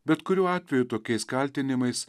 bet kuriuo atveju tokiais kaltinimais